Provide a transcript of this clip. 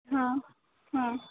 हां हां